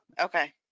Okay